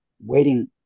waiting